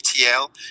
ETL